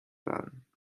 werden